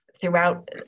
throughout